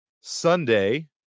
Sunday